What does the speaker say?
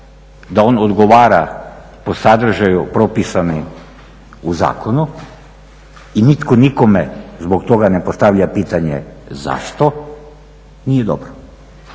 da on odgovara po sadržaju propisanim u zakonu i nitko nikome zbog toga ne postavlja pitanje zašto nije dobro.